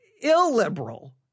illiberal